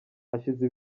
hashize